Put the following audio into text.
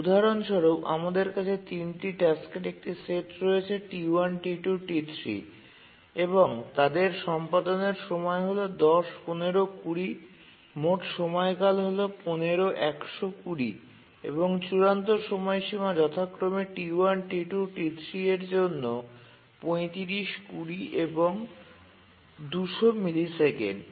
উদাহরণস্বরূপ আমাদের কাছে ৩ টি টাস্কের একটি টাস্ক সেট রয়েছে T1 T2 T3 এবং তাদের সম্পাদনের সময় হল ১০ ১৫ ২০ মোট সময়কাল হল ১৫ ১০০ ২০ এবং চূড়ান্ত সময়সীমা যথাক্রমে T1 T2 T3এর জন্য ৩৫ ২০ ২০০ মিলিসেকেন্ড